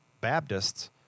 Baptists